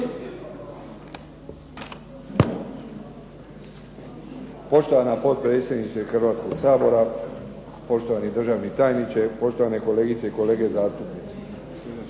Poštovana potpredsjednice Hrvatskog sabora, poštovani državni tajniče, poštovane kolegice i kolege zastupnici.